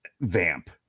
vamp